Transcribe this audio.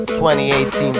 2018